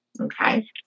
Okay